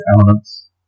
elements